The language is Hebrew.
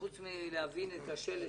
שחוץ מלהבין את השלד